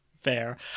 Fair